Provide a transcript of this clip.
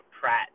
Pratt